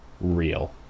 real